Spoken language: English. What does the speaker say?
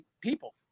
people